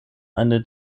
eine